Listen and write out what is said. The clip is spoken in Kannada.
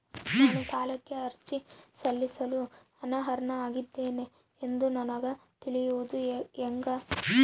ನಾನು ಸಾಲಕ್ಕೆ ಅರ್ಜಿ ಸಲ್ಲಿಸಲು ಅರ್ಹನಾಗಿದ್ದೇನೆ ಎಂದು ನನಗ ತಿಳಿಯುವುದು ಹೆಂಗ?